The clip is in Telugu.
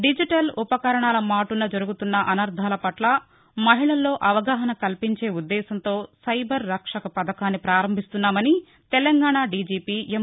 డిజిటల్ ఉపకరణాల మాటున జరుగుతున్న అనర్దాల పట్ల మహిళల్లో అవగాహన కల్పించే ఉద్దేశంతో సైబర్ రక్షక్ పథకాన్ని పారంభిస్తున్నామని తెలంగాణ డీజీపీ ఎం